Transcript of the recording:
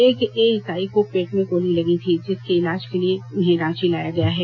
एक एएसआई को पेट में गोली लगी थी जिसे इलाज के लिए रांची ले जाया गया है